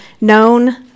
known